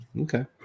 Okay